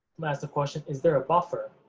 um asked the question, is there a buffer?